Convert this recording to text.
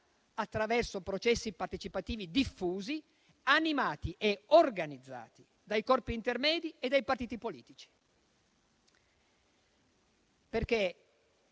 attraverso processi partecipativi diffusi, animati e organizzati dai corpi intermedi e dai partiti politici.